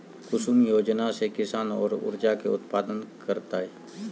कुसुम योजना से किसान सौर ऊर्जा के उत्पादन करतय